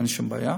אין שום בעיה.